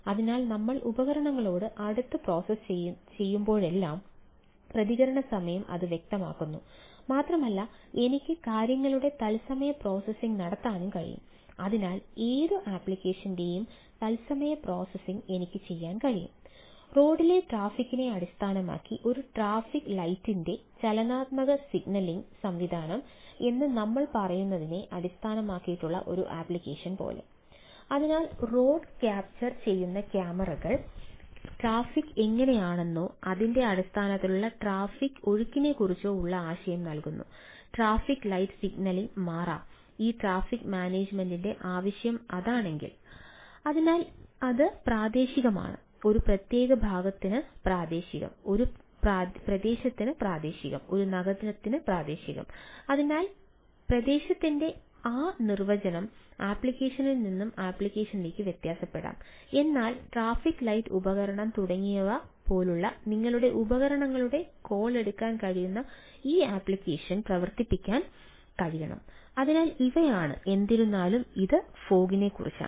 അതിനാൽ road capture ചെയ്യുന്ന ക്യാമറകൾനെക്കുറിച്ചാണ്